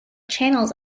channels